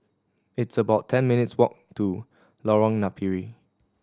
it's about ten minutes' walk to Lorong Napiri